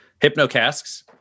Hypnocasks